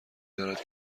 دارد